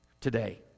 today